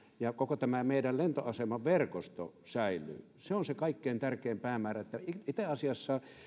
ja koko tämä meidän lentoasemaverkostomme säilyy se on se kaikkein tärkein päämäärä itse asiassa